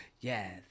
Yes